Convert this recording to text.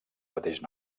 mateix